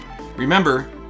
Remember